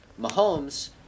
Mahomes